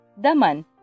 Daman